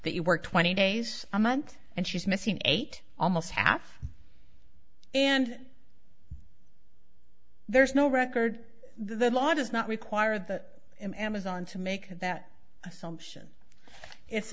that you work twenty days a month and she's missing eight almost half and there's no record the law does not require that in amazon to make that assumption it's